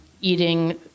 eating